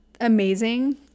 amazing